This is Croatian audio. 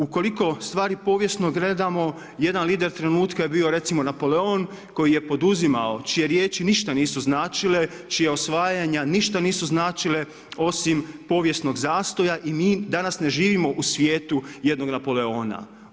Ukoliko stvari povijesno gledamo jedan lider trenutka je bio recimo Napoleon koji je poduzimao, čije riječi ništa nisu značile, čija osvajanja ništa nisu značila osim povijesnog zastoja i mi danas ne živimo u svijetu jednog Napoleona.